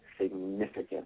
significant